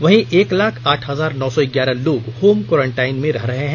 वहीं एक लाख आठ हजार नौ सौ ग्यारह लोग होम क्वॉरेंटाइन में रह रहे हैं